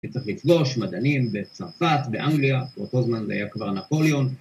‫שצריך לפגוש מדענים בצרפת באנגליה, ‫באותו זמן זה היה כבר נפוליון.